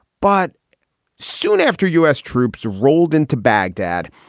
but soon after u s. troops rolled into baghdad,